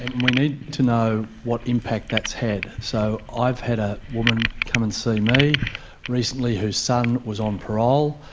and we need to know what impact that's had. so i've had a woman come and see me recently whose son was on parole.